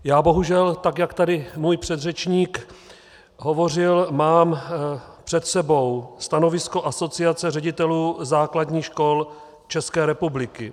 Já bohužel, tak jak tady můj předřečník hovořil, mám před sebou stanovisko Asociace ředitelů základních škol České republiky.